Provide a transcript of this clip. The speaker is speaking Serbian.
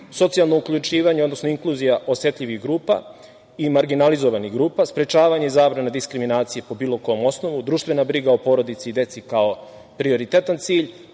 socijalno uključivanje, odnosno inkluzija osetljivih i marginalizovanih grupa, sprečavanje i zabrana diskriminacije po bilo kom osnovu, društvena briga o porodici i deci kao prioritetan cilj,